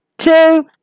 two